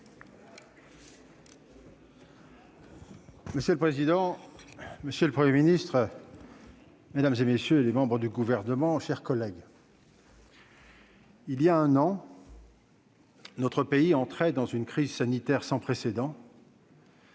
Monsieur le président, monsieur le Premier ministre, mesdames, messieurs les membres du Gouvernement, mes chers collègues, il y a un an, notre pays entrait dans une crise sanitaire sans précédent.